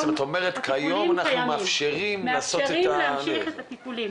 זאת אומרת, כיום אנחנו מאפשרים לעשות את הטיפולים.